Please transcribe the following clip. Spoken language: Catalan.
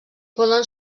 poden